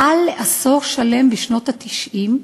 יותר מעשור שלם, בשנות ה-90,